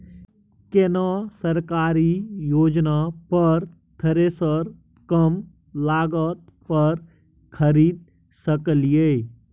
केना सरकारी योजना पर थ्रेसर कम लागत पर खरीद सकलिए?